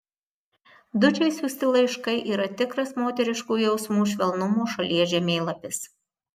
dučei siųsti laiškai yra tikras moteriškų jausmų švelnumo šalies žemėlapis